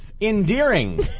Endearing